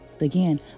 Again